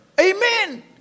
Amen